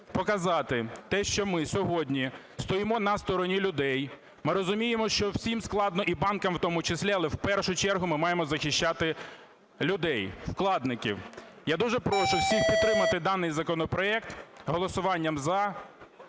показати те, що ми сьогодні стоїмо на стороні людей, ми розуміємо, що всім складно і банкам в тому числі, але в першу чергу ми маємо захищати людей, вкладників. Я дуже прошу всіх підтримати даний законопроект голосуванням за